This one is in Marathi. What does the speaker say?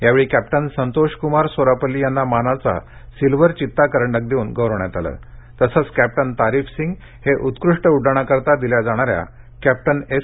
यावेळी कॅप्टन संतोषक्मार सोरापल्ली यांना मानाचा सिल्वर चिता करंडक देऊन गौरविण्यात आलं तसेच कॅप्टन तारीफ सिंग हे उत्कृष्ट उड्डाणाकरता दिल्या जाणाऱ्या कॅप्टन एस